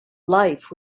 life